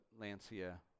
Lancia